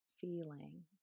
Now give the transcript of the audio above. feeling